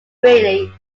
greatly